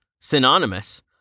synonymous